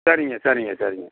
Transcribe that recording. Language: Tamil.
சரிங்க சரிங்க சரிங்க